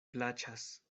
plaĉas